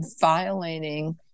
violating